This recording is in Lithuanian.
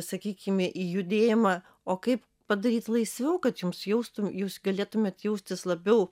sakykime į judėjimą o kaip padaryti laisviau kad jums jaustum jūs galėtumėt jaustis labiau